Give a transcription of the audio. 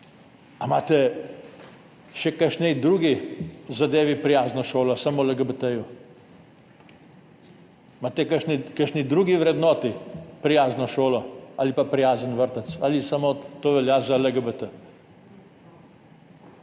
imate še kakšni drugi zadevi prijazno šolo ali samo LGBT? Imate kakšni drugi vrednoti prijazno šolo ali prijazen vrtec? Ali to velja samo za LGBT?